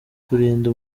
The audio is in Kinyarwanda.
kurinda